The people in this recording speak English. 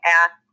ask